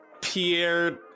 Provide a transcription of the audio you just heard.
Pierre